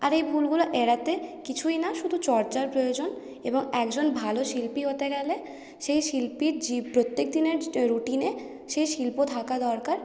আর এই ভুলগুলো এড়াতে কিছুই না শুধু চর্চার প্রয়োজন এবং একজন ভালো শিল্পী হতে গেলে সেই শিল্পীর জীব প্রত্যেক দিনের রুটিনে সেই শিল্প থাকা দরকার